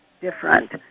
different